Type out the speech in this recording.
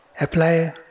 apply